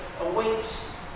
awaits